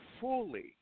fully